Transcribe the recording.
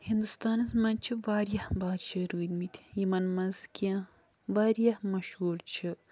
ہندُستانس منٛز چھِ واریاہ بادشاہ روٗدۍمٕتۍ یِمن منٛز کیٚنٛہہ واریاہ مَشہوٗر چھٕ